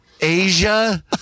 Asia